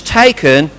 taken